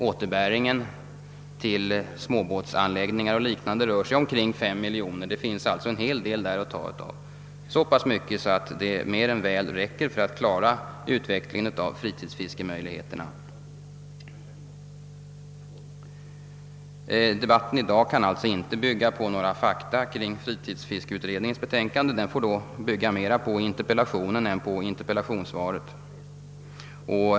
Återbäringen till småbåtsanläggningar och liknande rör sig om cirka 5 miljoner kronor. Det finns alltså där en hel del att ta utav, så pass mycket att det mer än väl räcker för att klara utvecklingen av fritidsfiskemöjligheterna. Debatten i dag kan alltså inte bygga på några fakta kring fritidsfiskeutredningens betänkande. Den får i stället bygga mera på interpeHationen än på interpellationssvaret.